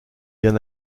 bien